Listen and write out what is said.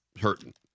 hurting